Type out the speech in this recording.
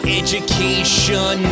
education